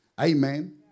Amen